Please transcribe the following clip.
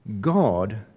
God